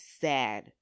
sad